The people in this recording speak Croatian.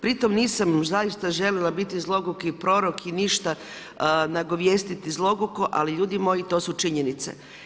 Pri tom nisam zaista željela biti zloguki prorok i ništa nagovijestiti zloguku, ali ljudi moji, to su činjenice.